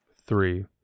three